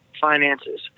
finances